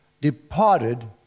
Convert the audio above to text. departed